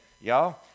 y'all